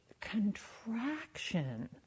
contraction